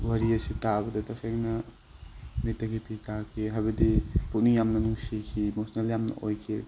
ꯋꯥꯔꯤ ꯑꯁꯤ ꯇꯥꯕꯗ ꯇꯁꯦꯡꯅ ꯃꯤꯠꯇꯒꯤ ꯄꯤ ꯇꯥꯈꯤ ꯍꯥꯏꯕꯗꯤ ꯄꯨꯛꯅꯤꯡ ꯌꯥꯝꯅ ꯅꯨꯡꯁꯤꯈꯤ ꯏꯃꯣꯁꯅꯦꯜ ꯌꯥꯝꯅ ꯑꯣꯏꯈꯤ